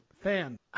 Fan